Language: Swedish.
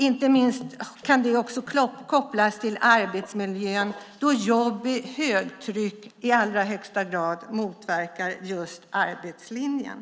Inte minst kan det kopplas till arbetsmiljön då jobb i högtryck i allra högsta grad motverkar just arbetslinjen.